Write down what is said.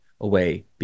away